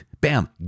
Bam